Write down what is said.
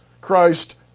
Christ